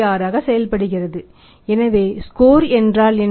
6 ஆக செயல்படுகிறது எனவே ஸ்கோர் என்றால் என்ன